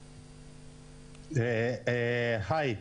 היי.